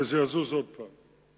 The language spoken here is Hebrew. וזה יזוז עוד פעם.